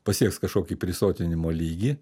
pasieks kažkokį prisotinimo lygį